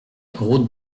route